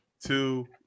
two